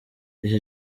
icyo